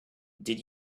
did